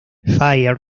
fire